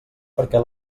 perquè